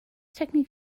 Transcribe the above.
technique